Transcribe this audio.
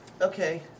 Okay